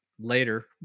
later